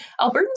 Albertans